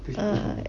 err